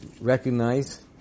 recognize